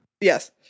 Yes